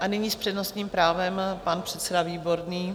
Nyní s přednostním právem pan předseda Výborný.